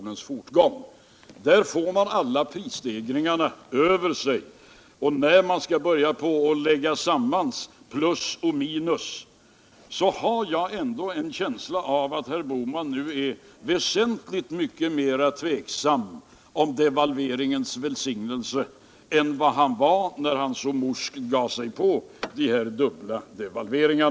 Den svenska industrin får alla prisstegringar över sig. När jag börjar lägga samman plus och minus har jag ändå en känsla av att herr Bohman nu är väsentligt mer tveksam om devalveringarnas välsignelse än han var, när han så morskt gav sig på dessa dubbla devalveringar.